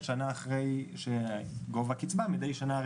שנה אחרי הרי גובה הקצבה מתעדכן מדי שנה.